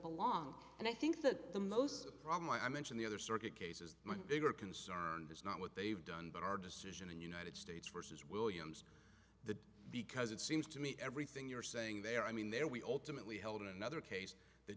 belong and i think that the most problem i mention the other circuit cases they were concerned is not what they've done but our decision and united states versus williams the because it seems to me everything you're saying there i mean there we ultimately held in another case the